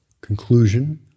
conclusion